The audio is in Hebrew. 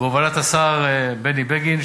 בהובלת השר בני בגין,